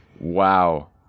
Wow